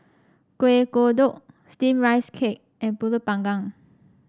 Kueh Kodok steamed Rice Cake and pulut panggang